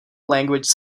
language